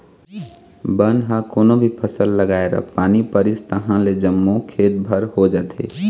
बन ह कोनो भी फसल लगाए र पानी परिस तहाँले जम्मो खेत भर हो जाथे